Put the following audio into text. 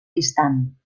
distant